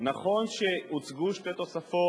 נכון שהוצגו שתי תוספות,